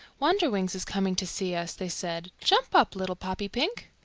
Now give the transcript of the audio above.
wonderwings is coming to see us, they said. jump up, little poppypink.